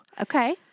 Okay